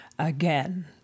Again